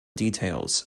details